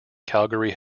calgary